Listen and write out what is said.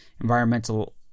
environmental